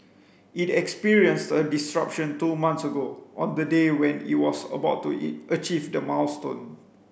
it experienced a disruption two months ago on the day when it was about to achieve the milestone